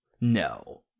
No